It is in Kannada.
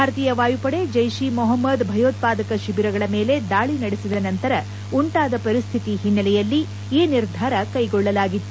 ಭಾರತೀಯ ವಾಯುಪಡೆ ಜೈಪ್ ಇ ಮೊಹಮ್ನದ್ ಭಯೋತ್ವಾದಕ ಶಿಬಿರಗಳ ಮೇಲೆ ದಾಳಿ ನಡೆಸಿದ ನಂತರ ಉಂಟಾದ ಪರಿಸ್ತಿತಿ ಹಿನ್ನೆಲೆಯಲ್ಲಿ ಈ ನಿರ್ಧಾರ ಕೈಗೊಳ್ಳಲಾಗಿತ್ತು